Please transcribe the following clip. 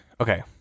okay